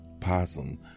Possum